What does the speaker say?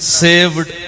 saved